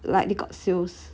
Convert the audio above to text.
like they got sales